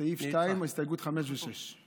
זה סעיף 2, הסתייגויות (5) ו-(6);